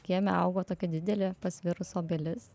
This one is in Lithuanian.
kieme augo tokia didelė pasvirus obelis